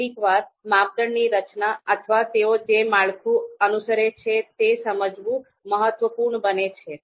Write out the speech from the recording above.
કેટલીકવાર માપદંડની રચના અથવા તેઓ જે માળખું અનુસરે છે તે સમજવું મહત્વપૂર્ણ બને છે